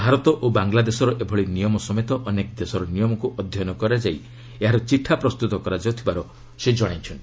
ଭାରତ ଓ ବାଙ୍ଗଲାଦେଶର ଏଭଳି ନିୟମ ସମେତ ଅନେକ ଦେଶର ନିୟମକ୍ ଅଧ୍ୟୟନ କରାଯାଇ ଏହାର ଚିଠା ପ୍ରସ୍ତତ କରାଯାଉଥିବାର ସେ ଜଣାଇଛନ୍ତି